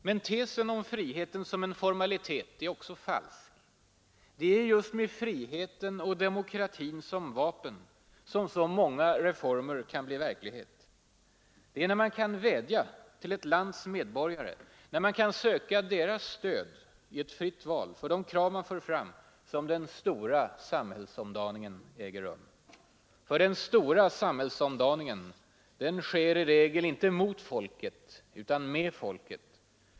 Men tesen om friheten som en formalitet är också falsk. Det är ju just med friheten och demokratin som vapen som så många reformer kan bli verklighet. Det är när man kan vädja till ett lands medborgare, när man kan söka stöd i ett fritt val för de krav man för fram, som den stora samhällsomdaningen äger rum. Ty den stora samhällsomdaningen sker i regel inte mot folket utan med folket.